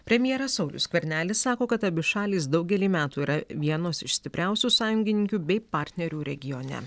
premjeras saulius skvernelis sako kad abi šalys daugelį metų yra vienos iš stipriausių sąjungininkių bei partnerių regione